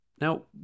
now